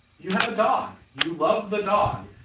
you have a dog. you love the dog.